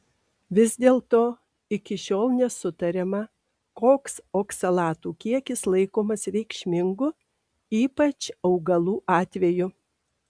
vis dėlto iki šiol nesutariama koks oksalatų kiekis laikomas reikšmingu ypač augalų atveju